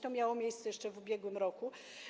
To miało miejsce jeszcze w ubiegłym roku.